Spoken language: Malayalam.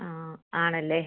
ആ ആണല്ലേ